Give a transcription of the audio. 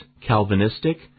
Calvinistic